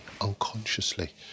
unconsciously